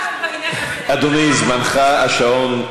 אדוני, זמנך, השעון מתקתק.